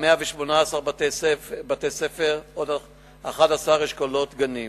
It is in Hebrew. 118 בתי-ספר ו-11 אשכולות גנים,